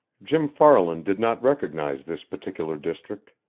jim farland did not recognize this particular district.